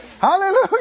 Hallelujah